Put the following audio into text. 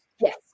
Yes